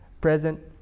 present